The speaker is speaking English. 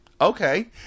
okay